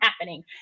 happening